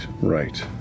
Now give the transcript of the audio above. right